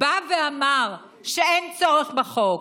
בא ואמר שאין צורך בחוק,